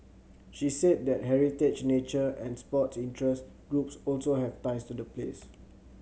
she said that heritage nature and sports interest groups also have ties to the place